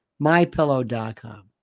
MyPillow.com